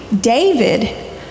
David